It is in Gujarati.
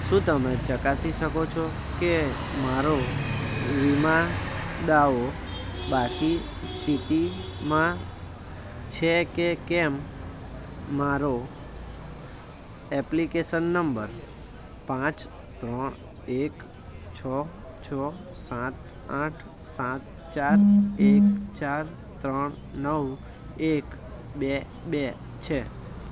શું તમે ચકાસી શકો છો કે મારો વીમા દાવો બાકી સ્થિતિમાં છે કે કેમ મારો એપ્લિકેશન નંબર પાંચ ત્રણ એક છ છ સાત આઠ સાત ચાર એક ચાર ત્રણ નવ એક બે બે છે